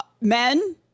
Men